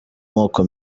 moko